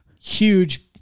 Huge